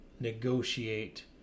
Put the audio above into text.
negotiate